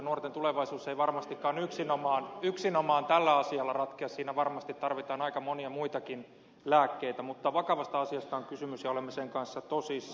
nuorten tulevaisuus ei varmastikaan yksinomaan tällä asialla ratkea siinä varmasti tarvitaan aika monia muitakin lääkkeitä mutta vakavasta asiasta on kysymys ja olemme sen kanssa tosissamme